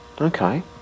okay